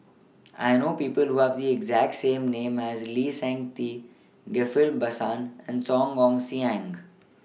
I know People Who Have The exact name as Lee Seng Tee Ghillie BaSan and Song Ong Siang